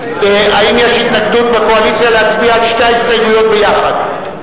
האם יש התנגדות בקואליציה להצבעה על שתי ההסתייגויות ביחד?